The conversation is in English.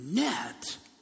net